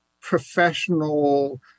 professional